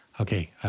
Okay